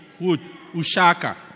Ushaka